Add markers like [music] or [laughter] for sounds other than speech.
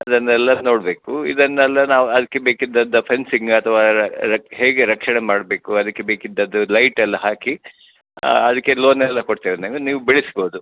ಅದನ್ನೆಲ್ಲ ನೋಡಬೇಕು ಇದನ್ನೆಲ್ಲ ನಾವು ಅದಕ್ಕೆ ಬೇಕಿದ್ದದ್ದು ಫೆನ್ಸಿಂಗ್ ಅಥ್ವಾ ಹೇಗೆ ರಕ್ಷಣೆ ಮಾಡಬೇಕು ಅದಕ್ಕೆ ಬೇಕಿದ್ದದ್ದು ಲೈಟೆಲ್ಲ ಹಾಕಿ ಅದಕ್ಕೆ ಲೋನೆಲ್ಲ ಕೊಡ್ತಾರೆ [unintelligible] ನೀವು ಬೆಳೆಸ್ಬೌದು